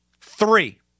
Three